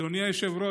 אדוני היושב-ראש,